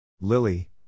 Lily